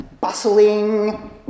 bustling